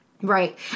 Right